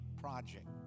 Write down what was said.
project